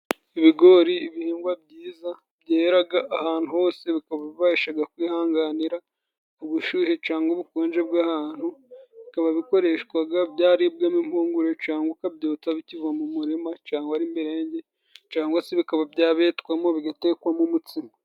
Ibigori, ibihingwa byiza byeraga ahantu hose bikaba bibashaga kwihanganira ubushyuhe cangwa ubukonje bw'ahantu bikaba bikoreshwaga byaribwamo impungure cangwa ukabyotsa bikiva mu murima, cyangwa mberenge cangwa se bikaba byabetwamo bigatekwamo umutsima.